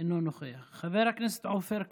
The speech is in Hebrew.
אינו נוכח, חבר הכנסת עופר כסיף,